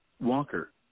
Walker